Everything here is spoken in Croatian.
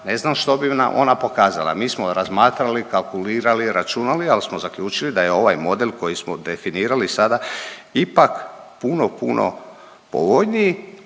ne znam što bi nam ona pokazala. Mi smo razmatrali, kalkulirali, računali, ali smo zaključili da je ovaj model koji smo definirali sada ipak puno, puno povoljniji